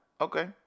okay